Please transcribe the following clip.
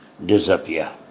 disappear